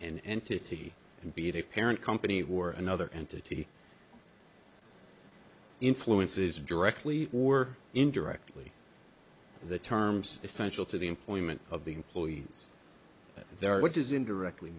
an entity can be a parent company or another entity influences directly or indirectly the terms essential to the employment of the employees there what does indirectly